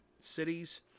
cities